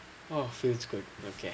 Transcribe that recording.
!wah! feels good okay